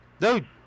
dude